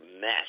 mess